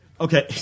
Okay